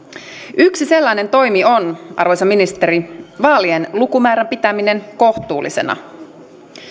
yksi sellainen toimi on arvoisa ministeri vaalien lukumäärän pitäminen kohtuullisena